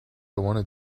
want